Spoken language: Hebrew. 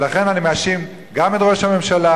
ולכן אני מאשים גם את ראש הממשלה,